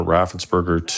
Raffensperger